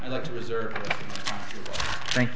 i'd like to reserve thank you